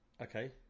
Okay